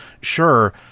sure